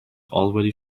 already